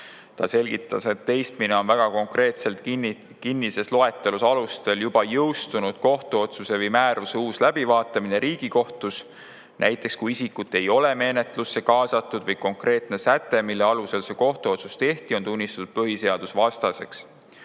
Ta selgitas, et teistmine on kinnises loetelus konkreetsetel alustel juba jõustunud kohtuotsuse või -määruse uus läbivaatamine Riigikohtus, näiteks kui isikut ei ole menetlusse kaasatud või konkreetne säte, mille alusel see kohtuotsus tehti, on tunnistatud põhiseadusvastaseks.